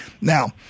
Now